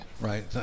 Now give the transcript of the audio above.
right